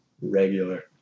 Regular